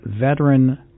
veteran